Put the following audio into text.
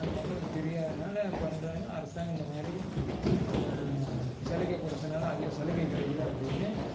அது மக்களுக்குத் தெரியாததனால பண்ணுறாங்க அரசாங்கம் இந்த மாதிரி சலுகை கொடுத்தனால ஐயோ சலுகை கெடைக்குதே அப்படின்னு